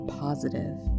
positive